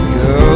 go